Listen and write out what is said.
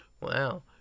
Wow